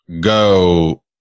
go